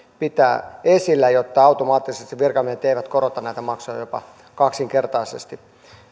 pitää esillä jotta automaattisesti virkamiehet eivät korota näitä maksuja jopa kaksinkertaisesti